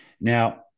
Now